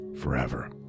forever